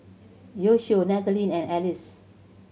Yoshio Nathalie and Alice